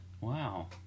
Wow